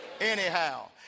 Anyhow